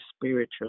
spiritual